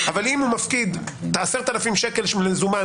אבל אם הוא מפקיד כל סוף שבוע 10,000 שקל במזומן,